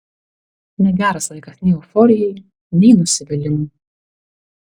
negeras laikas nei euforijai nei nusivylimui